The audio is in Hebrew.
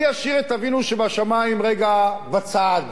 אני אשאיר את אבינו שבשמים רגע בצד.